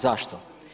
Zašto?